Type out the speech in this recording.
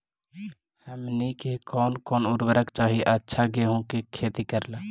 हमनी के कौन कौन उर्वरक चाही अच्छा गेंहू के खेती करेला?